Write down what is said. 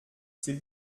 c’est